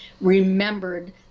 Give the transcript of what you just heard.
remembered